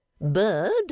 Bird